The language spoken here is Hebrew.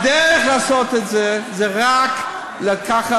הדרך לעשות את זה זה רק לקחת,